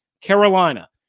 Carolina